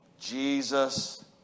Jesus